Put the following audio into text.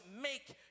make